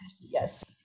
Yes